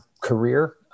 career